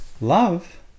love